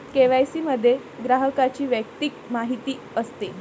KYC मध्ये ग्राहकाची वैयक्तिक माहिती असते